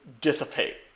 dissipate